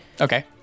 Okay